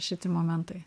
šiti momentai